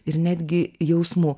ir netgi jausmų